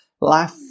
Life